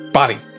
body